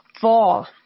fall